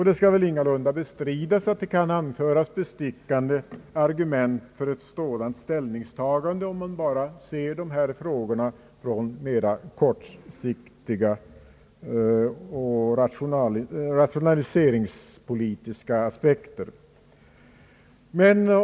Det skall ingalunda bestridas att bestickande argument för ett sådant ställningstagande kan anföras, om man bara ser dessa frågor ur kortsiktiga och rationaliseringspolitiska aspekter.